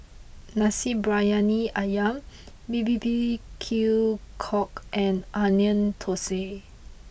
Nasi Briyani Ayam B B Q Cockle and Onion Thosai